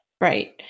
Right